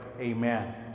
amen